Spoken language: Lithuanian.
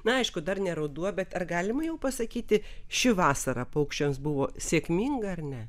na aišku dar ne ruduo bet ar galima jau pasakyti ši vasara paukščiams buvo sėkminga ar ne